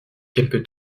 quelque